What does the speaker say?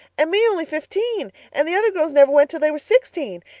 and me only fifteen, and the other girls never went till they were sixteen.